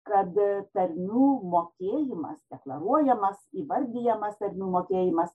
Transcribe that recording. kad tarnų mokėjimas deklaruojamas įvardijamas tarmių mokėjimas